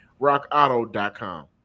rockauto.com